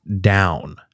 down